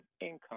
income